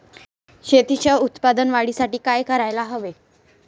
शेतीच्या उत्पादन वाढीसाठी काय करायला हवे?